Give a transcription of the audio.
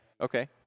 Okay